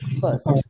First